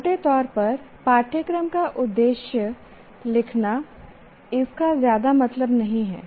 मोटे तौर पर पाठ्यक्रम का उद्देश्य लिखना इसका ज्यादा मतलब नहीं है